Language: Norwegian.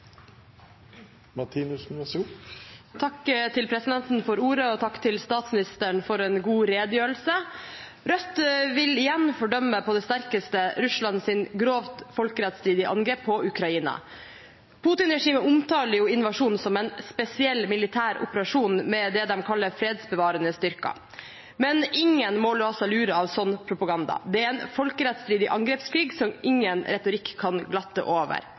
vil igjen fordømme på det sterkeste Russlands grovt folkerettsstridige angrep på Ukraina. Putin-regimet omtaler invasjonen som en spesiell militær operasjon med det de kaller fredsbevarende styrker, men ingen må la seg lure av slik propaganda. Det er en folkerettsstridig angrepskrig som ingen retorikk kan glatte over.